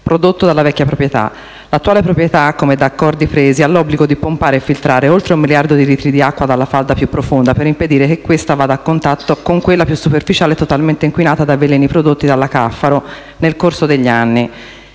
prodotto dalla vecchia proprietà. L'attuale proprietà, come da accordi presi, ha l'obbligo di pompare e filtrare oltre un miliardo di litri di acqua dalla falda più profonda, per impedire che questa vada a contatto con quella più superficiale, totalmente inquinata dai veleni introdotti dalla Caffaro nel corso degli anni.